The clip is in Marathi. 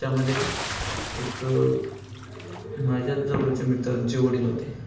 याच्यामध्ये एक माझ्याच जवळच्या मित्रांचे वडील होते